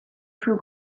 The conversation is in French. plus